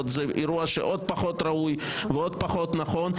זה אירוע שהוא עוד פחות ראוי ופחות נכון.